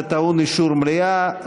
זה טעון אישור של המליאה,